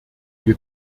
wir